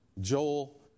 Joel